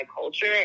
culture